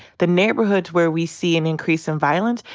the neighborhoods where we see and increase in violence,